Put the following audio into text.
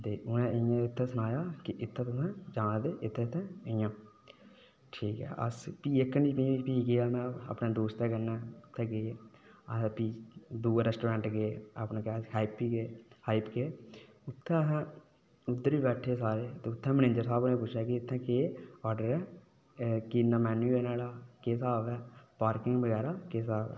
उ'नें इ'यां सनाया के इत्थे जां ते इत्थे इत्थे इ'यां ठीक ऐ अस फ्ही इक नी फ्ही के आखना दोस्तै कन्नै उत्थै गै अस भां दुए रेस्टोरेंट गेैअपने अस खाई पियै गे ते उद्धर हे बैठे सारे मनैजर साह्ब हो़रे पुच्छेआ कि केह् आर्डर है तुं'दा किन्ना मेन्यू है नुहाड़ा केह् स्हाब ऐ पार्किंग बगैरा केह् स्हाब ऐ